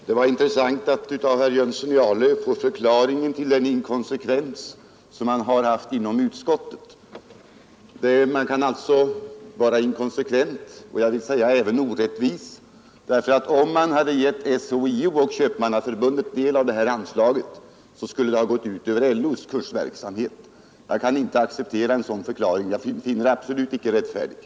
Herr talman! Det var intressant att av herr Jönsson i Arlöv få förklaringen till den inkonsekvens som har förekommit inom utskottet. Man kan alltså vara inkonsekvent och — jag vill säga — även orättvis. Om man hade gett SHIO och Köpmannaförbundet del av detta anslag, så skulle det ha gått ut över LO:s kursverksamhet. Jag kan inte acceptera en sådan förklaring; jag finner detta absolut inte rättfärdigt.